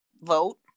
vote